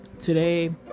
today